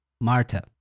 Marta